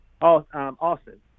Austin